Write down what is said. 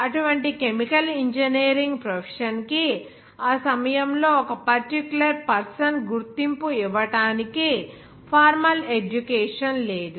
అటువంటి chemical engineering profession కి ఆ సమయంలో ఒక పర్టిక్యులర్ పర్సన్ గుర్తింపు ఇవ్వడానికి ఫార్మల్ ఎడ్యుకేషన్ లేదు